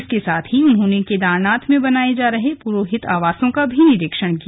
इसके साथ ही उन्होंने केदारनाथ में बनाए जा रहे पुरोहित आवासों का भी निरीक्षण किया